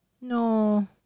No